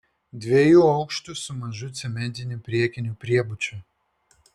dviejų aukštų su mažu cementiniu priekiniu priebučiu